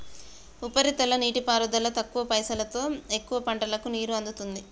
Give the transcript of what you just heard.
ఉపరితల నీటిపారుదల తక్కువ పైసలోతో ఎక్కువ పంటలకు నీరు అందుతుంది